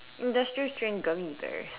industrial strength gummy bear